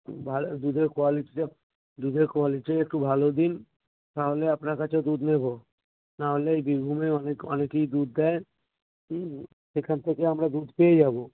ভালো দুধের কোয়ালিটিটা দুধের কোয়ালিটিটা একটু ভালো দিন তাহলে আপনার কাছে দুধ নেবো না হলে এই বীরভূমের অনেক অনেকেই দুধ দেয় হুম সেখান থেকে আমরা দুধ পেয়ে যাবো